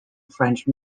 french